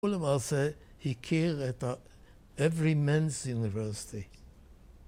‫כולה מה עושה? הכיר ‫את ה-evey man`s university.